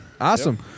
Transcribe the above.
Awesome